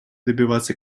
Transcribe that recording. добиваться